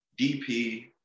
DP